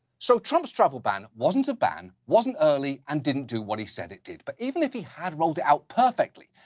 so, trump's travel ban wasn't a ban, wasn't early, and didn't do what he said it did. but even if he had rolled it out perfectly,